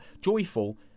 joyful